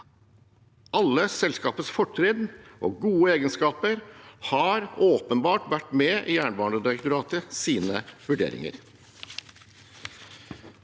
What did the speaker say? Alle selskapets fortrinn og gode egenskaper har åpenbart vært med i Jernbanedirektoratets vurderinger.